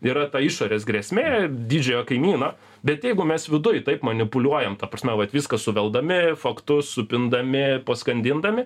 yra ta išorės grėsmė didžiojo kaimyno bet jeigu mes viduj taip manipuliuojam ta prasme vat viską suveldami faktus supindami paskandindami